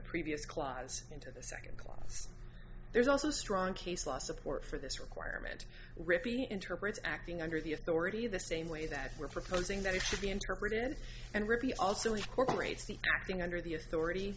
previous clause into the second class there's also strong case law support for this requirement rippy interprets acting under the authority the same way that we're proposing that it should be interpreted and ruby also incorporates the acting under the authority